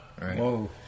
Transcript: Whoa